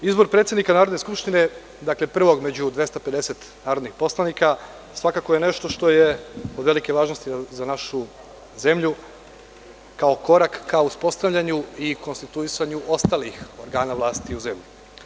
Izbor predsednika Narodne skupštine, dakle, prvog među 250 narodnih poslanika, svakako je nešto što je od velike važnosti za našu zemlju, kao korak ka uspostavljanju i konstituisanju ostalih organa vlasti u zemlji.